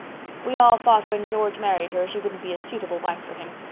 we all thought when george married her she wouldn't be a suitable wife for him.